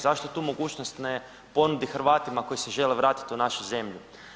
Zašto tu mogućnost ne ponudi Hrvatima koji se žele vratiti u našu zemlju?